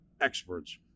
experts